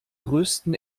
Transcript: größten